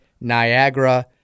Niagara